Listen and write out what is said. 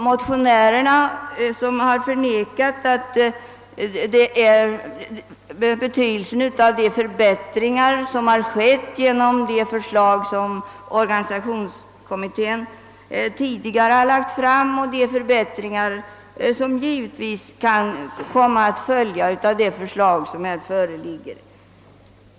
Motionärerna vill inte förneka betydelsen av de förbättringar som kommit till stånd genom förslag som organisationsutredningen tidigare lagt fram och som kan följa av det nu föreliggande förslaget.